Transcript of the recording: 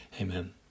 Amen